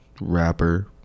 rapper